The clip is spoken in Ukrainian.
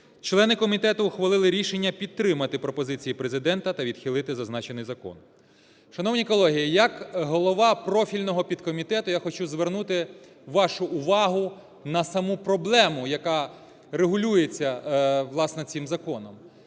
члени комітету ухвалили рішення підтримати пропозиції Президента та відхилити зазначений закон. Шановні колеги, як голова профільного підкомітету, я хочу звернути вашу увагу на саму проблему, яка регулюється власне цим законом.